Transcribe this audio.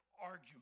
argument